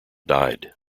died